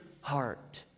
heart